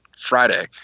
friday